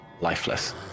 lifeless